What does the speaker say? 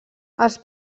els